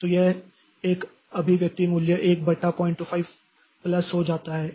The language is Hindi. तो यह है यह अभिव्यक्ति मूल्य 1 बटा 025 प्लस हो जाता है